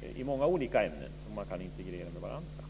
och många olika ämnen som man kan integrera med varandra.